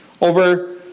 over